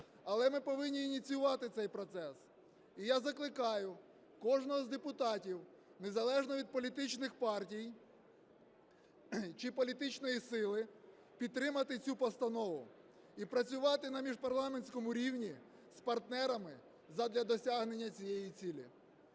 але ми повинні ініціювати цей процес. І я закликаю кожного з депутатів незалежно від політичних партій чи політичної сили підтримати цю постанову і працювати на міжпарламентському рівні з партнерами задля досягнення цієї цілі.